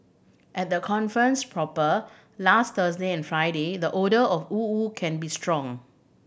at the conference proper last Thursday and Friday the odour of woo woo can be strong